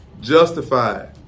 Justified